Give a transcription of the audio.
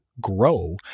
grow